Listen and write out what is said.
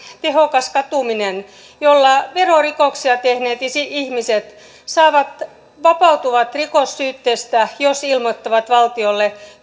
tehokas katuminen jolla verorikoksia tehneet ihmiset vapautuvat rikossyytteestä jos ilmoittavat valtiolle